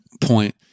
point